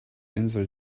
insel